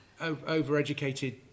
over-educated